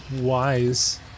wise